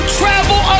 travel